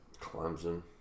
Clemson